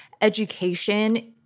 education